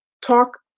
talk